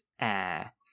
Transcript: air